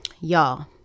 y'all